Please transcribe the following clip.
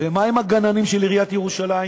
ומה עם הגננים של עיריית ירושלים?